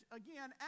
again